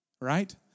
right